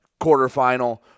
quarterfinal